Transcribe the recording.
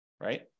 right